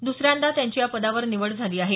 दुसऱ्यांदा त्यांची या पदावर निवड झाली आहे